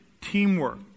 teamwork